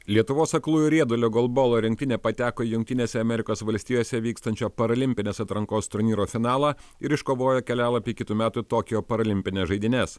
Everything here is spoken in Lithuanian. lietuvos aklųjų riedulio golbalo rinktinė pateko į jungtinėse amerikos valstijose vykstančio parolimpinės atrankos turnyro finalą ir iškovojo kelialapį į kitų metų tokijo paralimpines žaidynes